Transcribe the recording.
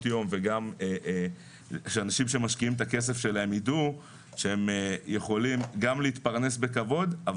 יום ושאנשים שמשקיעים את הכסף שלהם ידעו שהם יכולים גם להתפרנס בכבוד אבל